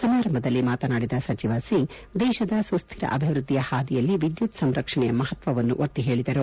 ಸಮಾರಂಭದಲ್ಲಿ ಮಾತನಾಡಿದ ಸಚಿವ ಸಿಂಗ್ ದೇಶದ ಸುಸ್ವಿರ ಅಭಿವೃದ್ದಿಯ ಹಾದಿಯಲ್ಲಿ ವಿದ್ಗುತ್ ಸಂರಕ್ಷಣೆಯ ಮಹತ್ವವನ್ನು ಒತ್ತಿ ಹೇಳಿದರು